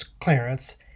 clearance